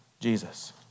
Jesus